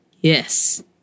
Yes